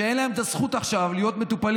שאין להם את הזכות עכשיו להיות מטופלים.